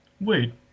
Wait